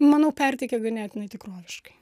manau perteikia ganėtinai tikroviškai